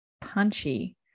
punchy